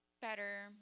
better